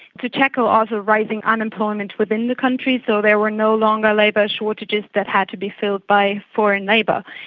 to tackle also rising unemployment within the country, so there were no longer labour shortages that had to be filled by foreign labour.